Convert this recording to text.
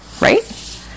right